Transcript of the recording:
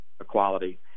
equality